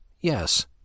Yes